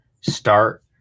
start